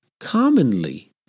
commonly